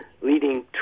leading